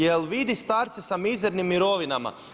Je li vidi starce sa mizernim mirovinama?